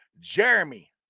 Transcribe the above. Jeremy